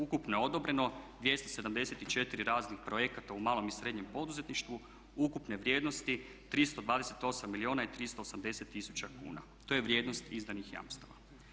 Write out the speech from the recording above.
Ukupno je odobreno 274 raznih projekata u malom i srednjem poduzetništvu ukupne vrijednosti 328 milijuna i 380 tisuća kuna, to je vrijednost izdanih jamstava.